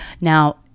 Now